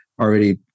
already